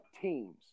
teams